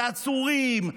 ועצורים,